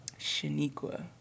Shaniqua